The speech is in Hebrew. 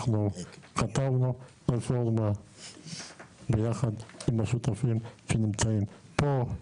אנחנו חתמנו רפורמה ביחד עם השותפים שנמצאים פה,